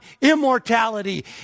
immortality